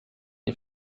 die